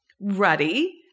ready